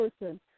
person